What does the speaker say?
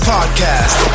Podcast